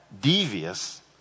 devious